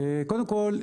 קודם כול,